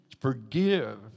forgive